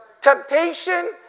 Temptation